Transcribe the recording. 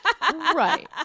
Right